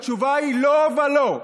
התשובה היא לא ולא.